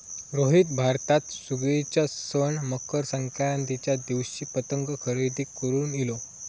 रोहित भारतात सुगीच्या सण मकर संक्रांतीच्या दिवशी पतंग खरेदी करून इलो